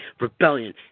rebellion